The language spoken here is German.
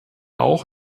auch